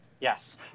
Yes